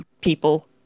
people